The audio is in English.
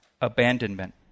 abandonment